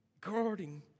guarding